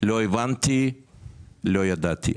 שלא הבנתם ולא ידעתם.